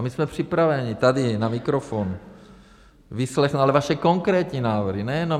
My jsme připraveni tady na mikrofon vyslechnout ale vaše konkrétní návrhy, nejenom...